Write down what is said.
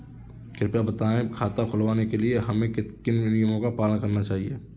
कृपया बताएँ खाता खुलवाने के लिए हमें किन किन नियमों का पालन करना चाहिए?